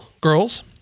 girls